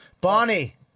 Bonnie